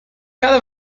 cada